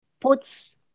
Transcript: puts